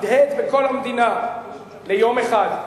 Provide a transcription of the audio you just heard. הדהד בכל המדינה ליום אחד,